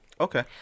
Okay